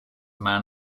man